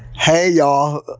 hey, y'all!